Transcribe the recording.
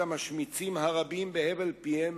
את המשמיצים הרבים בהבל פיהם